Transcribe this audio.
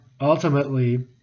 ultimately